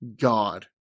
God